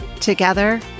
Together